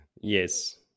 Yes